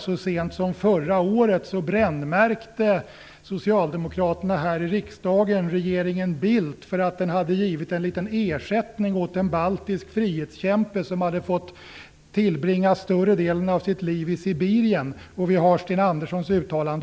Så sent som förra året brännmärkte Socialdemokraterna här i riksdagen regeringen Bildt för att den hade givit en liten ersättning till en baltisk frihetskämpe som hade tvingats tillbringa större delen av sitt liv i Sibirien. Ett annat exempel är Sten Anderssons uttalande.